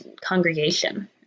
congregation